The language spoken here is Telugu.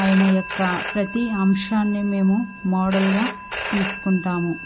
ఆయన యొక్క ప్రతి అంశాన్ని మేము మోడల్గా తీసుకుంటాము